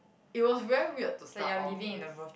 it was very weird to start off with